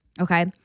okay